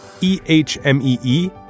E-H-M-E-E